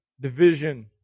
division